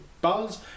buzz